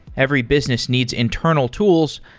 every business needs internal tools,